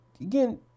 again